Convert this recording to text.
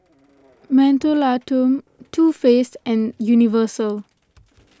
Mentholatum Too Faced and Universal